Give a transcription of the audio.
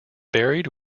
buried